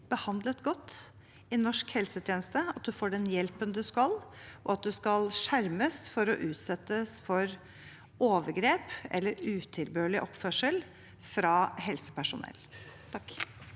behandlet godt i norsk helsetjeneste, at man får den hjelpen man skal, og at man skal skjermes for å utsettes for overgrep eller utilbørlig oppførsel fra helsepersonell. Lisa